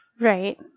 Right